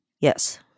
Yes